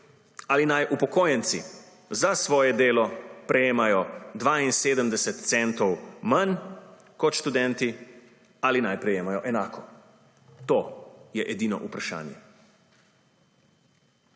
ali naj upokojenci za svoje delo prejemajo 72 centov manj kot študenti ali naj prejemajo enako. To je edino vprašanje.